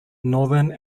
northern